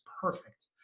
perfect